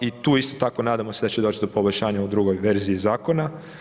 I tu isto tako nadamo se da će doći do poboljšanja u drugoj verziji zakona.